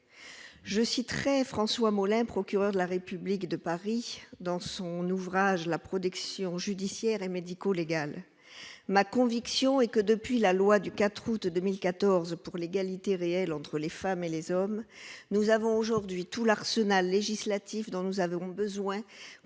je citerais François Molins, procureur de la République de Paris dans son ouvrage La production judiciaire et médico-légales,